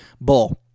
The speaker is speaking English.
Bull